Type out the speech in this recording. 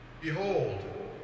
Behold